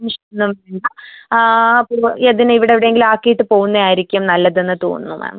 ടെൻഷനാകണ്ട യതിനെ ഇവിടെവിടെങ്കിലും ആക്കീട്ട് പോവുന്നതായിരിക്കും നല്ലതെന്ന് തോന്നുന്നു മാം